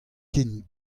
ken